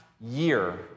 year